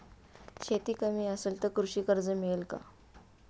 शेती कमी असेल तर कृषी कर्ज मिळेल का?